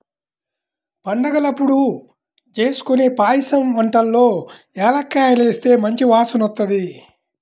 పండగలప్పుడు జేస్కొనే పాయసం వంటల్లో యాలుక్కాయాలేస్తే మంచి వాసనొత్తది